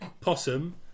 Possum